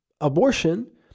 abortion